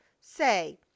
Say